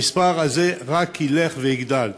המספר הזה רק ילך ויגדל.